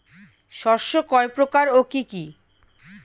শস্য কয় প্রকার কি কি?